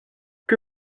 que